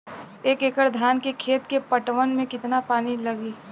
एक एकड़ धान के खेत के पटवन मे कितना पानी लागि?